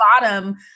bottom